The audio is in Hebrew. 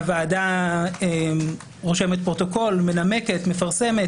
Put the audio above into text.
הוועדה רושמת פרוטוקול, מנמקת, מפרסמת.